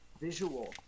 visual